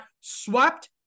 swept